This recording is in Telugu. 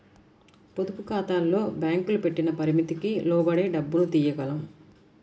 పొదుపుఖాతాల్లో బ్యేంకులు పెట్టిన పరిమితికి లోబడే డబ్బుని తియ్యగలం